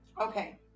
Okay